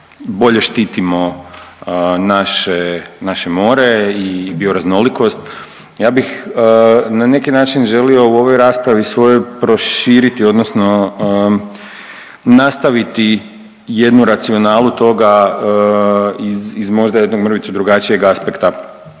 bolje štitimo naše, naše more i bioraznolikost. Ja bih na neki način želio u ovoj raspravi svojoj proširiti odnosno nastaviti jednu racionalu toga iz možda jednog mrvicu drugačijeg aspekta.